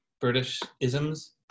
British-isms